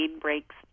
breaks